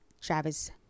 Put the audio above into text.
Travis